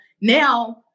Now